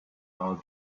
our